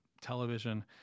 television